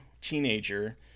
teenager